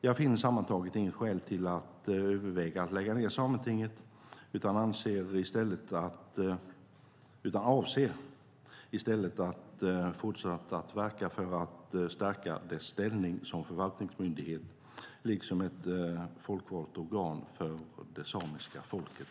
Jag finner sammantaget inget skäl att överväga att lägga ned Sametinget utan avser i stället att fortsätta att verka för att stärka dess ställning som förvaltningsmyndighet liksom ett folkvalt organ för det samiska folket.